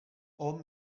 hom